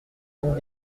donc